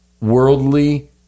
worldly